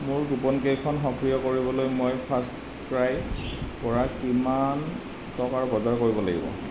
মোৰ কুপনকেইখন সক্ৰিয় কৰিবলৈ মই ফাৰ্ষ্টক্ৰাইৰপৰা কিমান টকাৰ বজাৰ কৰিব লাগিব